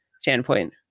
standpoint